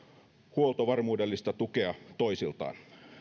huoltovarmuudellista tukea toisiltaan